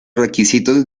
requisitos